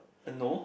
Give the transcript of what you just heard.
no